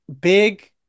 big